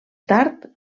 tard